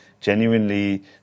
genuinely